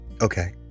okay